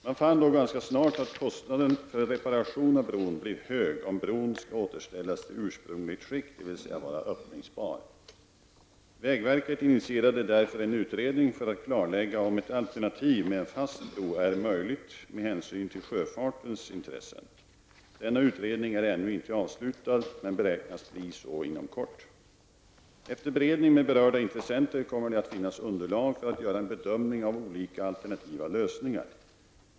Man fann då ganska snart att kostnaden för reparation av bron blir hög om bron skall återställas till ursprungligt, skick dvs. vara öppningsbar. Vägverket initierade därför en utredning för att klarlägga om ett alternativ med en fast bro är möjligt med hänsyn till sjöfartens intressen. Denna utredning är ännu inte avslutad, men beräknas bli så inom kort. Efter beredning med berörda intressenter kommer det att finnas underlag för att göra en bedömning av olika alternativa lösningar.